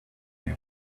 him